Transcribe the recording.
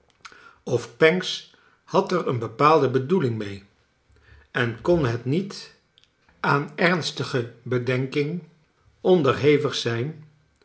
of pancks had er een bepaalde bedoeling mee eh kon het niet aan ernstige bedenking onderhe vig zijn